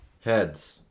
heads